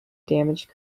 damaged